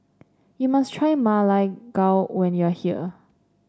you must try Ma Lai Gao when you are here